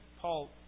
Paul